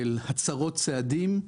של הצרות צעדים.